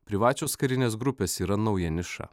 privačios karinės grupės yra nauja niša